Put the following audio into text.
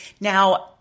Now